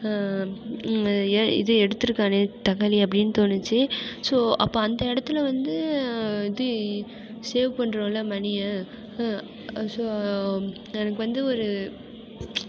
இது எடுத்திருக்கானே தக்காளி அப்படினு தோணிச்சு ஸோ அப்போ அந்த இடத்தில் வந்து இது சேவ் பண்ணுறோம்ல மணியை ஸோ எனக்கு வந்து ஒரு